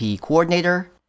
Coordinator